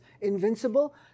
invincible